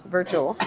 Virtual